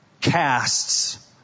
casts